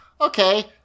okay